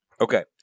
Okay